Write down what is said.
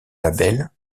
label